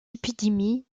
épidémies